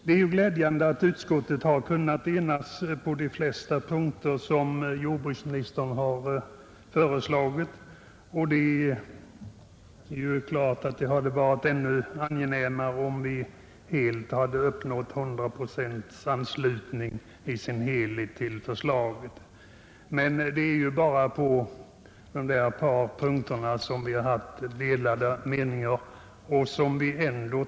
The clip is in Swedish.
Det är glädjande att utskottet har kunnat enas på de flesta punkter om det som jordbruksministern har föreslagit, men det är klart att det hade varit ännu angenämare, om vi hade kunnat uppnå en hundraprocentig anslutning till hela förslaget. Det är dock bara på ett par punkter som vi har haft delade meningar.